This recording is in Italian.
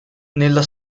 nella